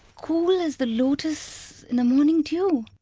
cool as the lotus in the morning dew!